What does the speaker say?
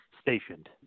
stationed